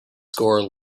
score